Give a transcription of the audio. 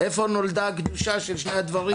איפה נולדה הקדושה של שני הדברים האלה.